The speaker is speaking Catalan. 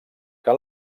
que